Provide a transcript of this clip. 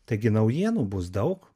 taigi naujienų bus daug